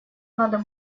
надо